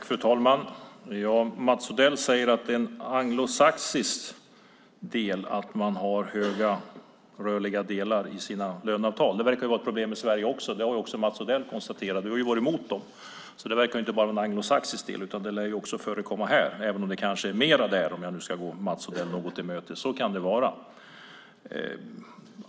Fru talman! Mats Odell säger att det är en anglosaxisk tradition att man har höga rörliga ersättningar i sina löneavtal. Det verkar vara ett problem i Sverige också, det har Mats Odell konstaterat. Han har varit emot dem. Det verkar inte vara någonting anglosaxiskt utan lär förekomma även här, även om det kanske är mer där, för att nu gå Mats Odell något till mötes. Så kan det vara.